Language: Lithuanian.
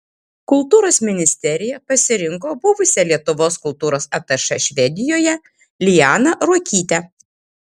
kultūros ministerija pasirinko buvusią lietuvos kultūros atašė švedijoje lianą ruokytę